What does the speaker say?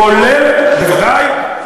כולל, בוודאי.